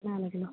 என்ன வெலை கிலோ